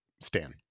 stan